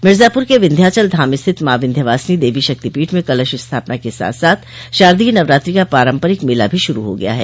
मिर्जापुर के विन्ध्याचल धाम स्थित माँ विन्ध्यवासिनी देवी शक्तिपीठ में कलश स्थापना के साथ साथ शारदीय नवरात्रि का पारम्परिक मेला भी शुरू हो गया है